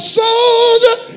soldier